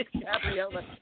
Gabriella